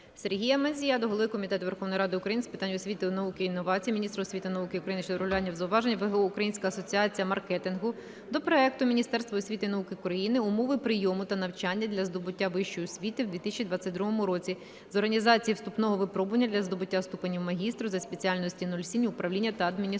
Сергія Мандзія до голови Комітету Верховної Ради України з питань освіти, науки та інновацій, міністра освіти і науки України щодо врахування зауважень ВГО "Українська Асоціація Маркетингу" до проекту Міністерства освіти і науки України "Умови прийому на навчання для здобуття вищої освіти в 2022 році" з організації вступного випробування для здобуття ступеня магістра зі спеціальностей 07 "Управління та адміністрування".